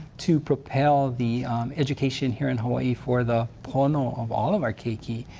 to propel the education here in hawai'i for the pono of all of our keiki,